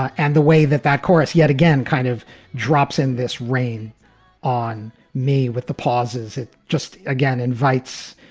and the way that that chorus yet again kind of drops in this rain on me with the pauses, it just again invites,